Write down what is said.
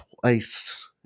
twice